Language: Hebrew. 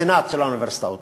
הסנאט של האוניברסיטאות,